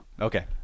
Okay